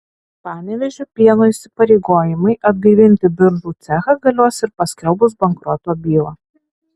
panevėžio pieno įsipareigojimai atgaivinti biržų cechą galios ir paskelbus bankroto bylą